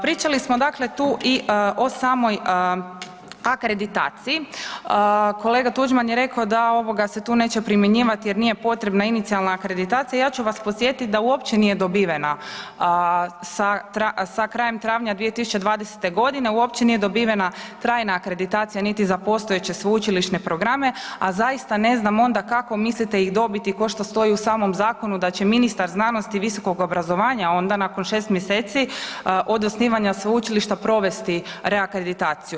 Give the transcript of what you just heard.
Pričali smo dakle tu i o samoj akreditaciji, kolega Tuđman je rekao da se tu neće primjenjivati jer nije potrebna inicijalna akreditacija, ja ću vas podsjetiti da uopće dobivena sa krajem travnja 2020. g., uopće nije dobivena trajna akreditacija niti za postojeće sveučilišne programe a zaista ne znam onda kako mislite ih dobiti ko što stoji u samom zakonu da će ministar znanosti i visokog obrazovanja onda nakon 6 mj. od osnivanja sveučilišta provesti reakreditaciju.